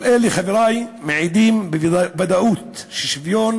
כל אלה, חברי, מעידים בוודאות ששוויון